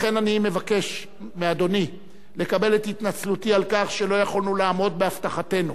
לכן אני מבקש מאדוני לקבל את התנצלותי על כך שלא יכולנו לעמוד בהבטחתנו,